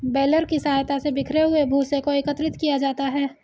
baler की सहायता से बिखरे हुए भूसे को एकत्रित किया जाता है